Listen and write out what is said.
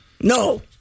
No